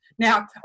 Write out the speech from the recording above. Now